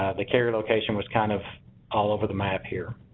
the carrier location was kind of all over the map here